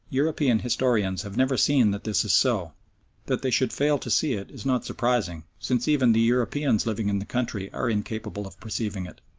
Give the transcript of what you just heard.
european historians have never seen that this is so that they should fail to see it is not surprising, since even the europeans living in the country are incapable of perceiving it.